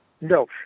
No